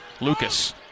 Lucas